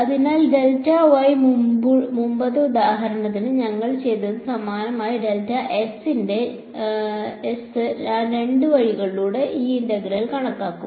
അതിനാൽ മുമ്പത്തെ ഉദാഹരണത്തിൽ ഞങ്ങൾ ചെയ്തതിന് സമാനമായി ഞാൻ രണ്ട് വഴികളിലൂടെയും ഈ ഇന്റഗ്രൽ കണക്കാക്കും